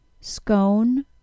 Scone